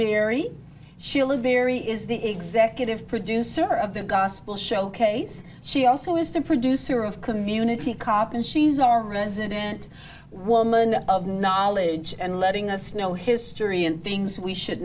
sheila very is the executive producer of the gospel showcase she also is the producer of community cop and she's our resident woman of knowledge and letting us know history and things we should